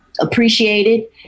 Appreciated